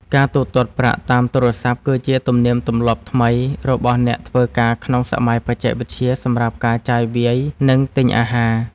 ការទូទាត់ប្រាក់តាមទូរស័ព្ទគឺជាទំនៀមទម្លាប់ថ្មីរបស់អ្នកធ្វើការក្នុងសម័យបច្ចេកវិទ្យាសម្រាប់ការចាយវាយ និង ទិញអាហារ។